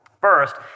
First